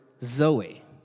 zoe